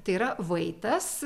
tai yra vaitas